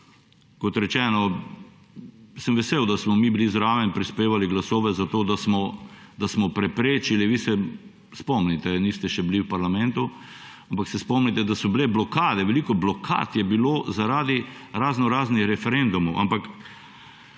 kot rečeno, sem vesel, da smo mi bili zraven in prispevali glasove za to, da smo preprečili, vi se spomnite, niste še bili v parlamentu, ampak se spomnite, da so bile blokade. Veliko blokad je bilo zaradi raznoraznih referendumov.